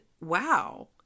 wow